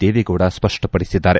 Deve Gowda ಸ್ಪಪ್ಪಪಡಿಸಿದ್ದಾರೆ